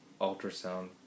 ultrasound